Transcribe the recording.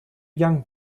young